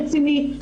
רציני,